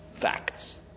facts